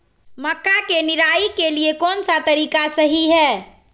मक्का के निराई के लिए कौन सा तरीका सही है?